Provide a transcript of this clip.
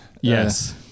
Yes